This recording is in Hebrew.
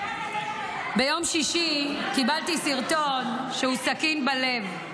ביום שישי קיבלתי סרטון שהוא סכין בלב.